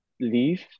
leave